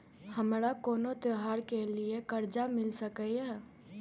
हमारा कोनो त्योहार के लिए कर्जा मिल सकीये?